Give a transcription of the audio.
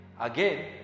again